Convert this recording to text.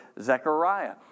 Zechariah